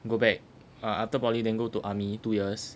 go back ah after poly than go to army two years